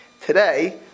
Today